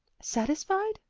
satisfied?